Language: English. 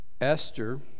Esther